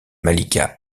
malika